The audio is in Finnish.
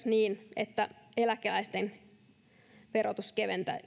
niin että myös eläkeläisten verotus keventyisi